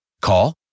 Call